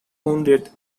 wounded